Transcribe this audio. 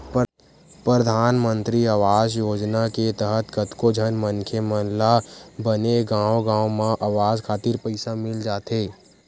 परधानमंतरी आवास योजना के तहत कतको झन मनखे मन ल बने गांव गांव म अवास खातिर पइसा मिल जाथे